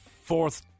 Fourth